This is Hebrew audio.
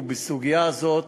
בסוגיה זאת